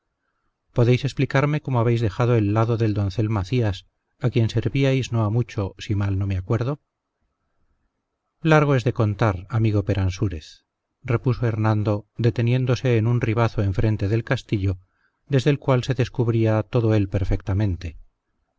podéis explicarme cómo habéis dejado el lado del doncel macías a quien servíais no ha mucho si mal no me acuerdo largo es de contar amigo peransúrez repuso hernando deteniéndose en un ribazo enfrente del castillo desde el cual se descubría todo él perfectamente